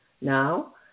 Now